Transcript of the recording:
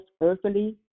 earthly